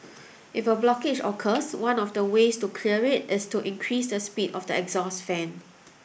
if a blockage occurs one of the ways to clear it is to increase the speed of the exhaust fan